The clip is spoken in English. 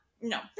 No